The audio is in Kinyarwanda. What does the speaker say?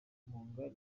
mongolia